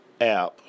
app